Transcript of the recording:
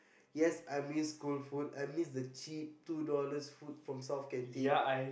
yes I miss school food I miss the cheap two dollars food from South canteen